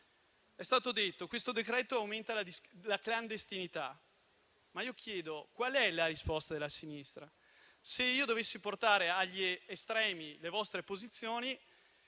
È stato detto che questo decreto-legge aumenta la clandestinità. Ma io chiedo: qual è la risposta della sinistra? Se portassi agli estremi le vostre posizioni,